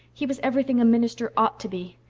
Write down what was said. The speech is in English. he was everything a minister ought to be.